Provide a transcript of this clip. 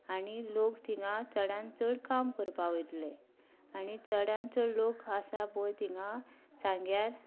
आनी लोक थिंगा चडान चड काम करपाक वयतलें आनी चडान चड लोक आसा पळय थिंगा साग्यांर